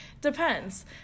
Depends